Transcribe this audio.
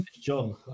John